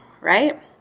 right